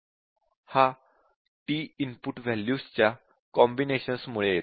हा T input values च्या combinations मुळे होतो